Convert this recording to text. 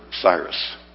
Cyrus